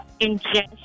ingest